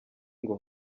ngo